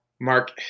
mark